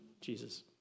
Jesus